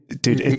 dude